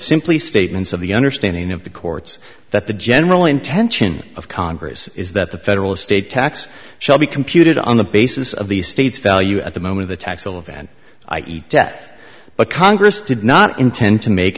simply statements of the understanding of the courts that the general intention of congress is that the federal estate tax shall be computed on the basis of the state's value at the moment the taxable event i e death but congress did not intend to make